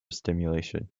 stimulation